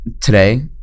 today